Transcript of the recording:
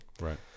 right